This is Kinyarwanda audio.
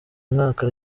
mwaka